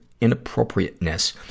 inappropriateness